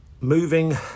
moving